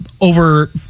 over